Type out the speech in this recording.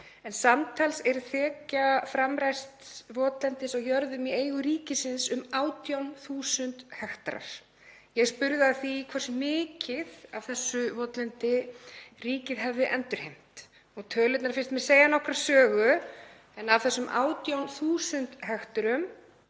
Samtals er þekja framræsts votlendis á jörðum í eigu ríkisins um 18.000 hektarar. Ég spurði hversu mikið af þessu votlendi ríkið hefði endurheimt og tölurnar finnst mér segja nokkra sögu, en af þessum 18.000 hekturum